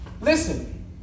Listen